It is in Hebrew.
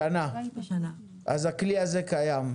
אז הכלי הזה קיים.